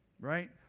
Right